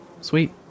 Sweet